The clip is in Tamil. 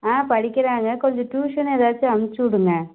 ஆ படிக்கிறாங்க கொஞ்சம் ட்யூஷன் எதாச்சும் அனுப்பிச்சுடுங்க